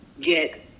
get